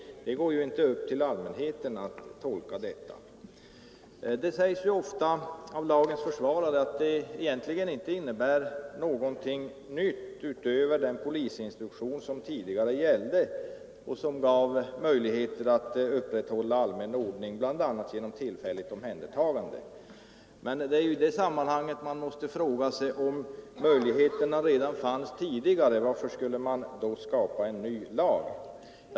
Det är ju inte upp till allmänheten att tolka detta. Det sägs ofta av lagens försvarare att den egentligen inte innebär någonting nytt utöver den polisinstruktion som tidigare gällde och som gav möjligheter att upprätthålla allmän ordning bl.a. genom tillfälligt omhändertagande. I det sammanhanget måste man fråga sig: Om möjligheterna redan fanns, varför skulle man då skapa en ny lag?